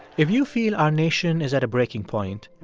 if you feel our nation is at a breaking point,